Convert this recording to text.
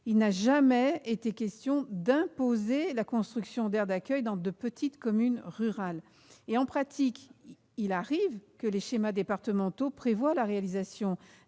Il n'a jamais été question d'imposer la construction d'aires d'accueil dans de petites communes rurales. En pratique, il arrive que les schémas départementaux prévoient la réalisation